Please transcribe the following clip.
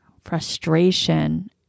frustration